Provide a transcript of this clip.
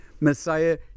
Messiah